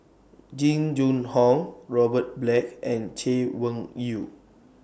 Jing Jun Hong Robert Black and Chay Weng Yew